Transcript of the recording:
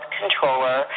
controller